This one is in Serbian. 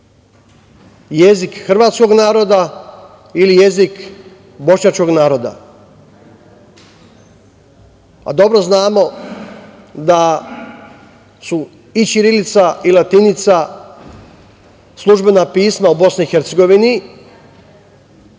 jezik hrvatskog naroda ili jezik bošnjačkog naroda. Dobro znamo da su i ćirilica i latinica službena pisma u BiH